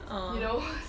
uh